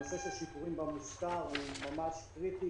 הנושא של שיפורים במושכר הוא ממש קריטי